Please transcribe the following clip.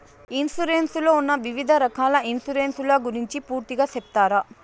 Insurance లో ఉన్న వివిధ రకాల ఇన్సూరెన్సు ల గురించి పూర్తిగా సెప్తారా?